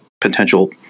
potential